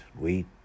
We